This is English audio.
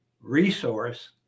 resource